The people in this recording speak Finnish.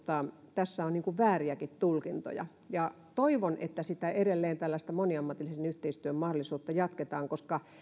tässä on vääriäkin tulkintoja ja toivon että edelleen tällaista moniammatillisen yhteistyön mahdollisuutta jatketaan koska